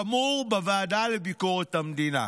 שמור בוועדה לביקורת המדינה.